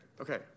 okay